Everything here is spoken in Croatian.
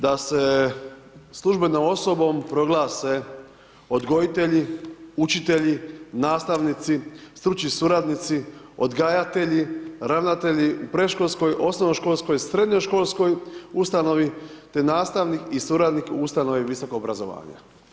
Da se službenom osobom proglase odgojitelji, učitelji, nastavnici, stručni suradnici, odgajatelji, ravnatelji u predškolskoj, osnovnoškolskoj i srednjoškolskoj ustanovi te nastavnik i suradnik u ustanovi visokog obrazovanja.